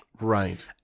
right